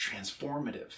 transformative